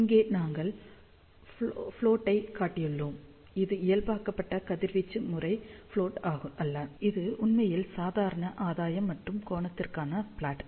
இங்கே நாங்கள் ப்லொட் ஐக் காட்டியுள்ளோம் இது இயல்பாக்கப்பட்ட கதிர்வீச்சு முறை ப்லொட் அல்ல இது உண்மையில் சாதாரண ஆதாயம் மற்றும் கோணத்திற்கான ப்லொட்